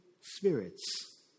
spirits